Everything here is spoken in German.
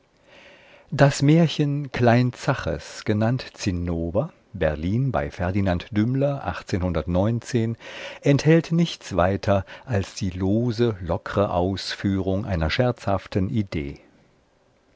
das märchen klein zaches genannt zinnober berlin bei ferdinand enthält nichts weiter als die lose lockre ausführung einer scherzhaften idee